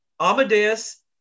Amadeus